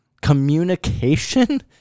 Communication